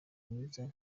myiza